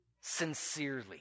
sincerely